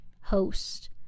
host